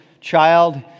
child